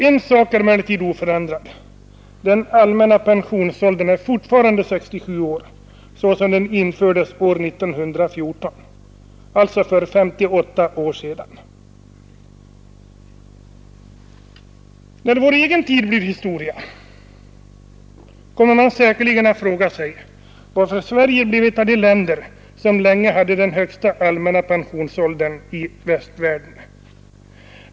En sak är emellertid oförändrad: den allmänna pensionsåldern är fortfarande 67 år, såsom när den infördes år 1914, alltså för 58 år sedan. När vår egen tid blir historia kommer man säkerligen att fråga sig varför Sverige blev ett av de länder som länge hade den högsta allmänna pensionsåldern i västvärlden.